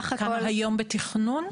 כמה היום בתכנון?